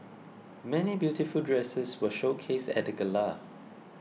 many beautiful dresses were showcased at gala